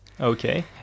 Okay